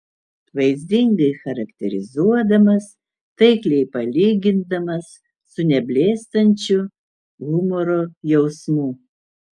vaizdingai charakterizuodamas taikliai palygindamas su neblėstančiu humoro jausmu